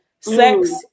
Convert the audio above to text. Sex